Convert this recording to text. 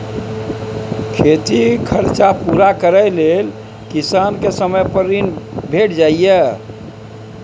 खेतीक खरचा पुरा करय लेल किसान केँ समय पर ऋण भेटि जाइए